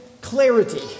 clarity